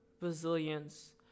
resilience